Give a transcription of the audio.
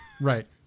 Right